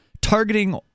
targeting